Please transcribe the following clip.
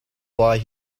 why